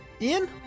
Ian